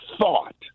thought